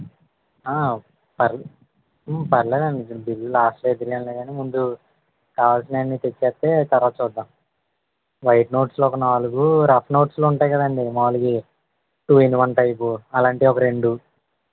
ఆ పర్లే పర్వాలేదండి బిల్ లాస్ట్లో వేద్దురులే కాని ముందు కావాల్సిన అన్ని తెచ్చివేస్తే తర్వాత చూద్దాం వైట్ నోట్స్లు ఒక నాలుగు రఫ్ నోట్స్లు ఉంటాయి కదండి మాములుగా ఉండేవి అవి టూ ఇన్ వన్ టైపు అలాంటివి ఒక రెండు